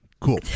Cool